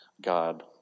God